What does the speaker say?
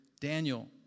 Daniel